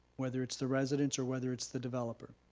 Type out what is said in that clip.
whether it's the residents or whether it's the developer.